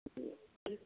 दे